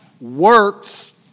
works